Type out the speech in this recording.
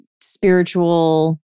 spiritual